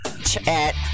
Chat